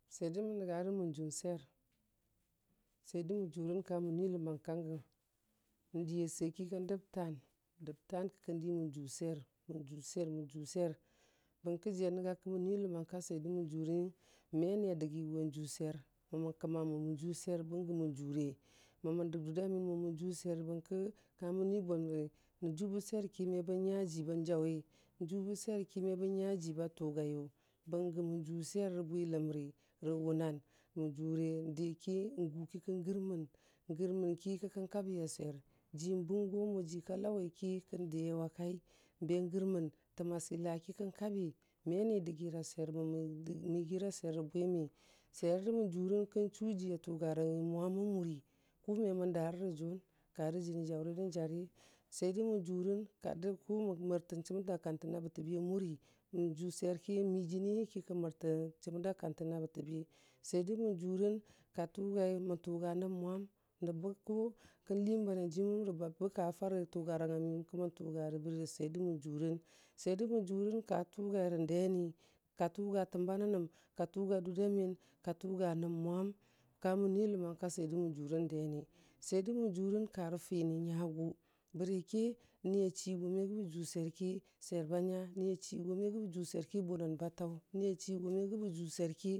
Mo swer dən mən nənga rəng nən jʊ swer swer də mən jʊrəng ka mən nui ləmankagən diya səiki kən dəb taan, dəb taan ki kən di mən ju swer bərki jiya nənga ki mən nui ləmanka swer jə mə jʊ rəng, me niya dəgi ko jʊ swer, mə mən kəma mo bən jʊ swer, bəngi mənjʊre, mə mən dəg durda miyən mo mə jʊswer, bər ki kamə nui bəmni njʊbə swer ki, ma bən nya ji bən jauwi nju bə swer ki me bən nya ji ba tʊgaiyu, bəngə mə jʊ swer rə bwibanji, rə wʊnan mən jure, ndiki, ngʊ ki kən gərmən, gərmən ki kən kebi a swer jʊ bəngo mo jʊ ka lawiki kən diyewa ba gərmən, təma siila ki kən kabi, ma ni dəyira swer, mə mən yigira swer rə bwimi swe də mən jurən kən chʊjiya tʊgarangə mwam, a mʊri kʊ me mən darə rə jʊn, ka nənə jin jaʊri nən jari, swer də mən jurəny ka dəgku mən mərtən chimaə da kantənna bətəbi a muri, nju swerki, nmi jinitu ki kən məetən chimər da kantən a bətəbi, swer də mən jurən ka tʊgai mən tʊga nəb mwam, nəb kʊ kən i bahənjiməng, rə bə ka farə tʊgaragəng ka mən tʊgure bərə swer də mən jʊrən, swer də mən jʊrən ka tʊyarə deni, ka tʊga təmba nəmən ka tʊgu durda miyən, ka tʊga nəb mwam, kamən nui ləmanka swer də mən jurəng deni, swer dəmən, jurəng karə fini nyagʊ, bərə ki niyu chigo me gəbə, du swer ki, swer ba nyu, niya chigo me gəbə jʊswerki bʊnən ba taʊ nya chigo me gəbə jʊ swer ki.